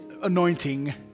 anointing